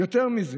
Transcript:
יותר מזה,